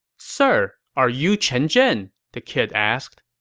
sir, are you chen zhen? the kid asked